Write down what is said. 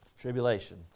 tribulation